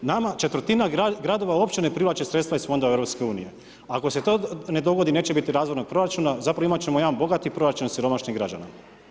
Nama četvrtina gradova opće ne privlače sredstva iz fondova EU, ako se to ne dogodi neće biti razvojnog proračuna, zapravo imat ćemo jedan bogati proračun siromašnih građana.